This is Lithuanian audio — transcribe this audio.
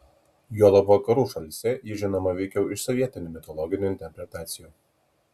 juolab vakarų šalyse ji žinoma veikiau iš sovietinių mitologinių interpretacijų